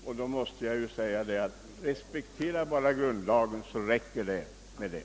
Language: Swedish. I så fall måste jag säga: Respektera bara grundlagen så räcker det!